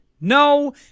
No